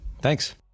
Thanks